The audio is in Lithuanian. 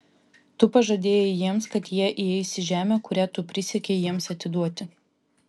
tu pažadėjai jiems kad jie įeis į žemę kurią tu prisiekei jiems atiduoti